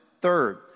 Third